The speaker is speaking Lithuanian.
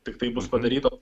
tiktai bus padarytos